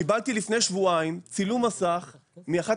קיבלתי לפני שבועיים צילום מסך מאחת